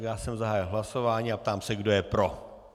Já jsem zahájil hlasování a ptám se, kdo je pro.